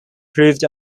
proved